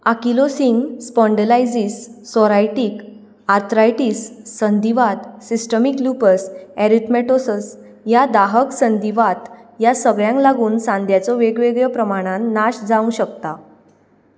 ankylosing spondylitis psoriatic arthritis संधिवात systemic lupus erythematosus ह्या दाहक संधिवात ह्या सगळ्यांक लागून सांध्यांचो वेगवेगळ्यो प्रमाणांत नाश जावंक शकता